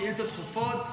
שאילתות דחופות.